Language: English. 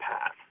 path